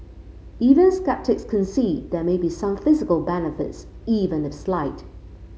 even sceptics concede there may be some physical benefits even if slight